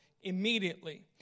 Immediately